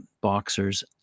boxers